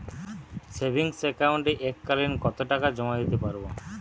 Savings একাউন্টে এক কালিন কতটাকা জমা দিতে পারব?